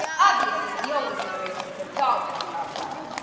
obviously, the older generation had absolved themselves of.